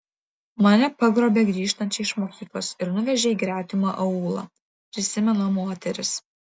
mane pagrobė grįžtančią iš mokyklos ir nuvežė į gretimą aūlą prisimena moteris